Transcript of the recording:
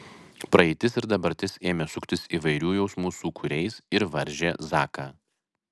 praeitis ir dabartis ėmė suktis įvairių jausmų sūkuriais ir varžė zaką